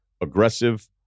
aggressive